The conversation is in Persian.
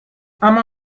اما